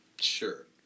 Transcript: Sure